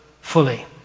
fully